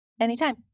anytime